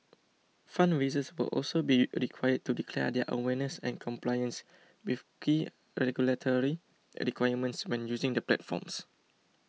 fundraisers will also be required to declare their awareness and compliance with key regulatory requirements when using the platforms